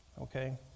Okay